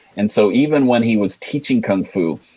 and so, even when he was teaching kung fu,